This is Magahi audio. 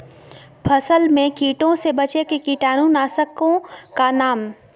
फसल में कीटों से बचे के कीटाणु नाशक ओं का नाम?